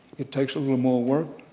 it takes a little more work,